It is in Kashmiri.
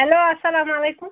ہیٚلو اسلام علیکُم